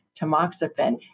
tamoxifen